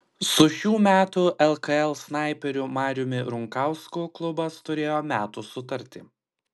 su šių metų lkl snaiperiu mariumi runkausku klubas turėjo metų sutartį